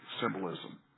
symbolism